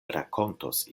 rakontos